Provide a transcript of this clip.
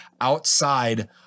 outside